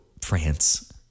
France